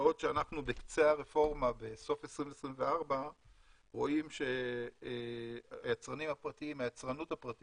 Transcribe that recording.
בעוד שאנחנו בקצה הרפורמה בסוף 2024 רואים שהיצרנות הפרטית